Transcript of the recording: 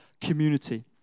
community